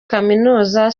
kaminuza